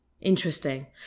Interesting